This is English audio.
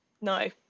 no